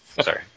Sorry